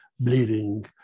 bleeding